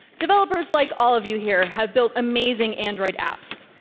developers like all of you here have built amazing android apps.